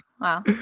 Wow